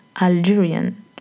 Algerian